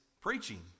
preaching